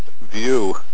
view